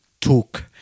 took